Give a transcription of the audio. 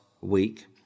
week